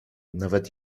nawet